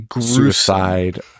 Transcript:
suicide